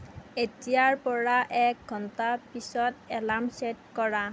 এতিয়াৰ পৰা এক ঘণ্টা পিছত এলাৰ্ম ছেট কৰা